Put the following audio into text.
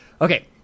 Okay